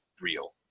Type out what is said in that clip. real